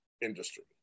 industry